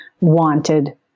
wanted